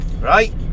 right